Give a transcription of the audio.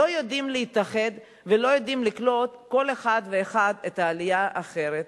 לא יודעים להתאחד ולא יודעים לקלוט כל אחד ואחד את העלייה האחרת,